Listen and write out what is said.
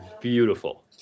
beautiful